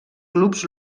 clubs